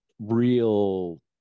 real